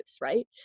right